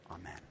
Amen